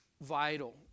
Vital